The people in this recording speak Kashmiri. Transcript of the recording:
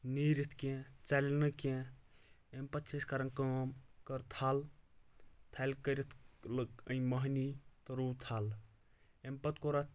نیٖرِتھ کینٛہہ ژَلہِ نہٕ کینٛہہ اَمہِ پَتہٕ چھِ أسۍ کَران کٲم کٔر تَھل تھل کٔرِتھ أنۍ موہنی تہٕ رُو تھَل اَمہِ پَتہٕ کوٚر اَتھ